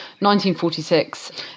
1946